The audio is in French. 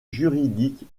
juridique